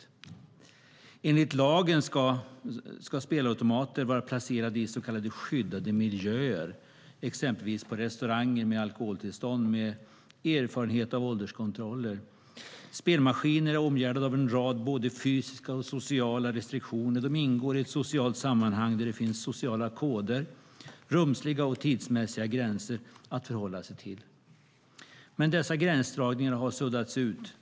Enligt lagen ska spelautomater vara placerade i så kallade skyddade miljöer, exempelvis på restauranger med alkoholtillstånd och där det finns erfarenhet av ålderskontroller. Spelmaskiner är omgärdade av en rad både fysiska och sociala restriktioner. De ingår i ett socialt sammanhang där det finns sociala koder samt rumsliga och tidsmässiga gränser att förhålla sig till. Men dessa gränsdragningar har suddats ut.